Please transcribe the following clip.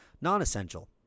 non-essential